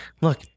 Look